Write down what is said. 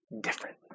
different